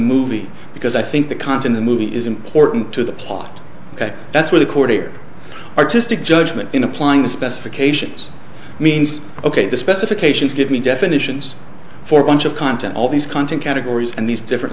movie because i think the continent movie is important to the plot that that's where the courtier artistic judgment in applying the specifications means ok the specifications give me definitions for bunch of content all these content categories and these different